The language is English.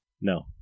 No